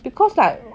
because like